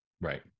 Right